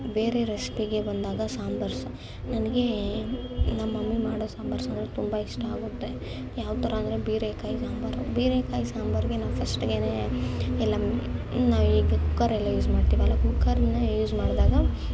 ಬೇರೆ ರೆಸಿಪಿಗೆ ಬಂದಾಗ ಸಾಂಬಾರ್ಸ ನನಗೆ ನಮ್ಮ ಮಮ್ಮಿ ಮಾಡೋ ಸಾಂಬಾರು ಸಾರು ತುಂಬ ಇಷ್ಟ ಆಗುತ್ತೆ ಯಾವ ಥರ ಅಂದರೆ ಹೀರೆಕಾಯಿ ಸಾಂಬಾರು ಹೀರೆಕಾಯಿ ಸಾಂಬಾರಿಗೆ ನಾವು ಫಸ್ಟ್ಗೇನೆ ಎಲ್ಲ ನಾವು ಈಗ ಕುಕ್ಕರ್ಯೆಲ್ಲ ಯುಸ್ ಮಾಡ್ತೀವಲ್ಲ ಕುಕ್ಕರ್ನ ಯೂಸ್ ಮಾಡಿದಾಗ